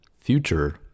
future